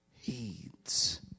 heeds